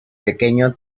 pequeño